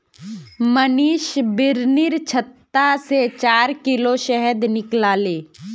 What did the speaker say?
मनीष बिर्निर छत्ता से चार किलो शहद निकलाले